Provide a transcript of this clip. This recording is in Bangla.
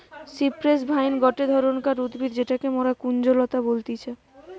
সিপ্রেস ভাইন গটে ধরণকার উদ্ভিদ যেটাকে মরা কুঞ্জলতা বলতিছে